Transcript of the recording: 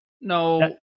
No